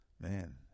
man